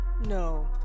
No